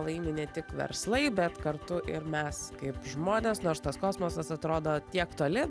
laimi ne tik verslai bet kartu ir mes kaip žmonės nors tas kosmosas atrodo tiek toli